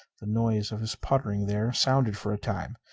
the noise of his puttering there sounded for a time.